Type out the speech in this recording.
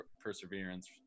perseverance